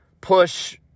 push